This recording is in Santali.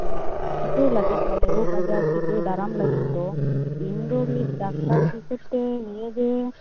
ᱴᱤᱠᱟᱣ ᱞᱟᱹᱜᱤᱫ ᱨᱳᱜᱽᱼᱟᱡᱟᱨ ᱴᱤᱠᱟᱹᱣ ᱫᱟᱨᱟᱢ ᱞᱟᱹᱜᱤᱫ ᱫᱚ ᱤᱧ ᱫᱚ ᱢᱤᱫ ᱰᱟᱠᱛᱟᱨ ᱦᱤᱥᱟᱹᱵᱽᱛᱮ ᱱᱤᱭᱟᱹᱜᱮ